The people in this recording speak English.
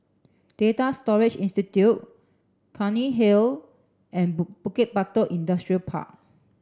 Data Storage Institute Cairnhill and Bukit Batok Industrial Park